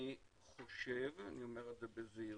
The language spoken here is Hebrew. אני חושב אני אומר זאת בזהירות